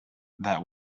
that